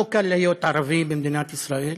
לא קל להיות ערבי במדינת ישראל,